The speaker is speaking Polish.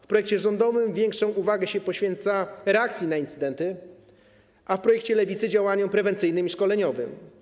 W projekcie rządowym większą uwagę poświęca się reakcji na incydenty, a w projekcie Lewicy - działaniom prewencyjnym i szkoleniowym.